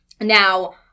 Now